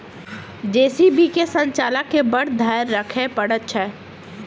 JCB के संचालक के बड़ धैर्य राखय पड़ैत छै